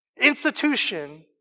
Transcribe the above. institution